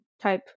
type